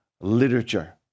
literature